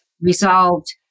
resolved